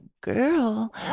girl